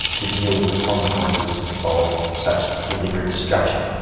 to deal with the consequences of such deliberate destruction.